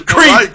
Creep